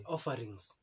Offerings